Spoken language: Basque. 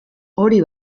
hori